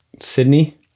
Sydney